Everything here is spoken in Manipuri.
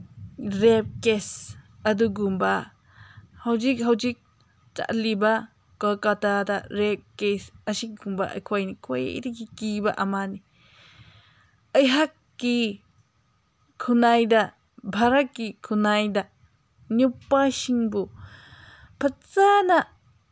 ꯔꯦꯞ ꯀꯦꯁ ꯑꯗꯨꯒꯨꯝꯕ ꯍꯧꯖꯤꯛ ꯍꯧꯖꯤꯛ ꯆꯠꯂꯤꯕ ꯀꯣꯜꯀꯇꯥꯗ ꯔꯦꯞ ꯀꯦꯁ ꯑꯁꯤꯒꯨꯝꯕ ꯑꯩꯈꯣꯏꯅ ꯈ꯭ꯋꯥꯏꯗꯒꯤ ꯀꯤꯕ ꯑꯃꯅꯤ ꯑꯩꯍꯥꯛꯀꯤ ꯈꯨꯟꯅꯥꯏꯗ ꯚꯥꯔꯠꯀꯤ ꯈꯨꯟꯅꯥꯏꯗ ꯅꯨꯄꯥꯁꯤꯡꯕꯨ ꯐꯖꯅ